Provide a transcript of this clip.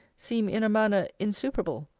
seem in a manner insuperable.